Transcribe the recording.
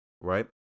Right